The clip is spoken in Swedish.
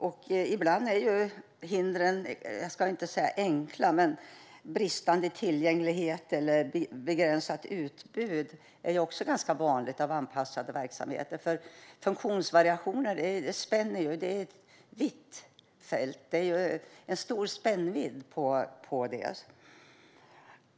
Jag ska inte säga att hindren är enkla, men bristande tillgänglighet eller begränsat utbud av anpassade verksamheter är ganska vanligt. Funktionsvariationer är ett vitt fält med stor spännvidd.